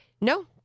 No